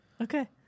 Okay